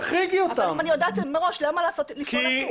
אם אני יודעת מראש, למה לפעול הפוך?